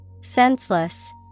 senseless